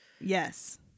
Yes